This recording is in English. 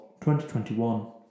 2021